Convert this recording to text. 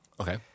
Okay